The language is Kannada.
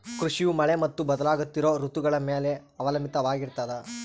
ಕೃಷಿಯು ಮಳೆ ಮತ್ತು ಬದಲಾಗುತ್ತಿರೋ ಋತುಗಳ ಮ್ಯಾಲೆ ಅವಲಂಬಿತವಾಗಿರ್ತದ